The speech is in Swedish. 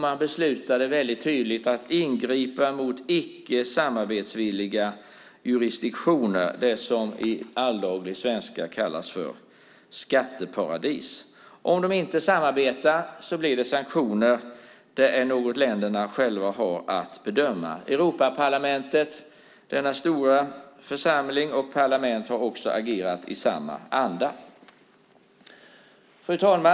Man beslutade väldigt tydligt att ingripa mot icke samarbetsvilliga jurisdiktioner, det som i alldaglig svenska kallas för skatteparadis. Om de inte samarbetar blir det sanktioner. Det är något länderna själva har att bedöma. Europaparlamentet - denna stora församling - har också agerat i samma anda. Fru talman!